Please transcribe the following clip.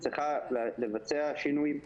צריכה לבצע שינויים,